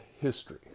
history